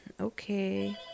Okay